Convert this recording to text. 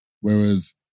Whereas